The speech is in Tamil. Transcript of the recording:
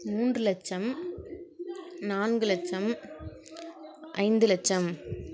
மூன்று லட்சம் நான்கு லட்சம் ஐந்து லட்சம்